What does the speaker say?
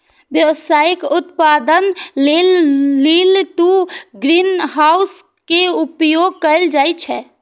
व्यावसायिक उत्पादन लेल लीन टु ग्रीनहाउस के उपयोग कैल जाइ छै